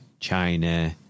China